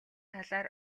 талаар